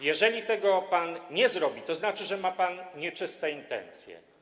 Jeżeli tego pan nie zrobi, to znaczy, że ma pan nieczyste intencje.